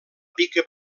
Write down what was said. pica